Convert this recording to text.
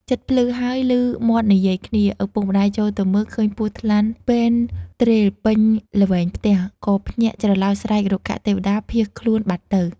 ជិតភ្លឺហើយ ឭមាត់និយាយគ្នា ឪពុកម្ដាយចូលទៅមើលឃើញពស់ថ្លាន់ពេនទ្រេលពេញល្វែងផ្ទះ ក៏ភ្ញាក់ច្រឡោតស្រែក រុក្ខទេវតា ភៀសខ្លួនបាត់ទៅ។